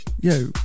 yo